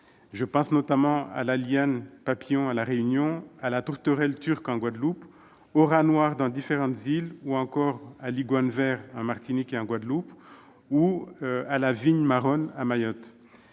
Je pense notamment à la liane papillon à La Réunion, à la tourterelle turque en Guadeloupe, au rat noir dans différentes îles, à l'iguane vert en Martinique et en Guadeloupe ou à la vigne marronne à Mayotte.